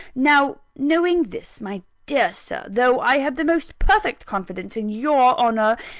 now, knowing this, my dear sir though i have the most perfect confidence in your honour,